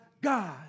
God